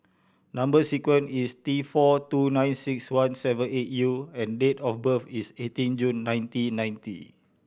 number sequence is T four two nine six one seven eight U and date of birth is eighteen June nineteen ninety